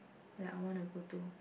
ya I wanna go to